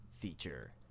feature